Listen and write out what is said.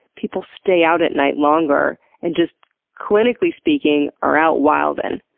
people stay out at night longer and just clinically speaking, are out wildin'.